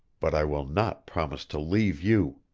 but i will not promise to leave you!